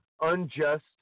Unjust